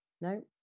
No